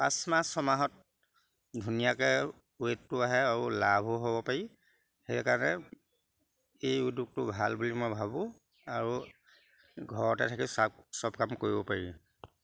পাঁচ মাহ ছমাহত ধুনীয়াকে ৱেইটটো আহে আৰু লাভো হ'ব পাৰি সেইকাৰণে এই উদ্যোগটো ভাল বুলি মই ভাবোঁ আৰু ঘৰতে থাকি চাফ চব কাম কৰিব পাৰি